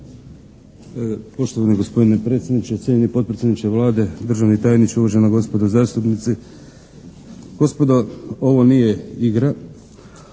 Poštovani gospodine predsjedniče, cijenjeni potpredsjedniče Vlade, državni tajniče, uvažena gospodo zastupnici. Gospodo, ovo nije igra.